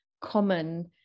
common